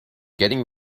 getting